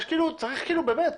שלי.